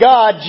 God